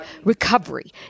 recovery